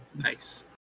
Nice